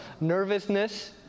nervousness